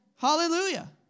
Hallelujah